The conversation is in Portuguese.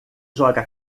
joga